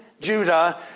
Judah